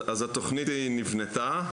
אז התוכנית היא נבנתה